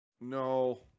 no